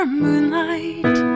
moonlight